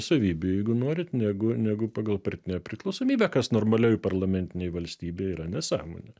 savybių jeigu norit negu negu pagal partinę priklausomybę kas normalioj parlamentinėj valstybėj yra nesąmonė